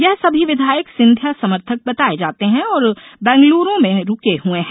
ये सभी विधायक सिंधिया समर्थक बताये जाते है और बंगलुरू में रूके हुए है